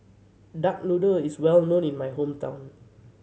duck noodle is well known in my hometown